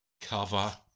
cover